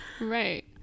right